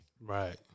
right